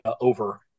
over